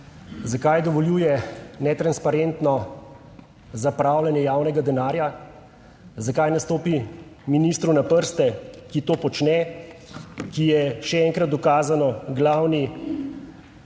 zakaj dovoljuje netransparentno zapravljanje javnega denarja, zakaj me stopi ministru na prste, ki to počne, ki je še enkrat dokazano glavni